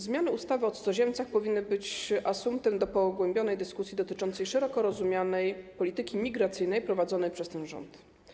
Zmiany ustawy o cudzoziemcach powinny być asumptem do pogłębionej dyskusji dotyczącej szeroko rozumianej polityki migracyjnej prowadzonej przez ten rząd.